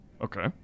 okay